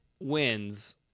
wins